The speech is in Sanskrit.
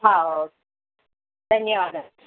धन्यवादः